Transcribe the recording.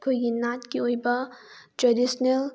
ꯑꯩꯈꯣꯏꯒꯤ ꯅꯥꯠꯀꯤ ꯑꯣꯏꯕ ꯇ꯭ꯔꯦꯗꯤꯁꯅꯦꯜ